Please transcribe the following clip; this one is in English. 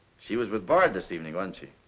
she was with bard this evening, wasn't she?